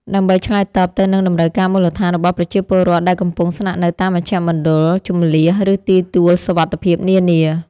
ដើម្បីឆ្លើយតបទៅនឹងតម្រូវការមូលដ្ឋានរបស់ប្រជាពលរដ្ឋដែលកំពុងស្នាក់នៅតាមមជ្ឈមណ្ឌលជម្លៀស ឬទីទួលសុវត្ថិភាពនានា។